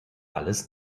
alles